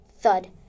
thud